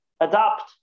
adapt